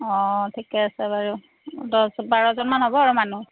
অঁ ঠিকে আছে বাৰু দহ বাৰজনমান হ'ব আৰু মানুহ